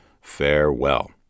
Farewell